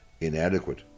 inadequate